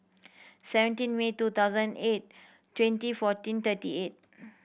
seventeen May two thousand eight twenty fourteen thirty eight